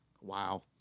Wow